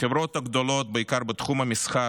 החברות הגדולות, בעיקר בתחום המסחר,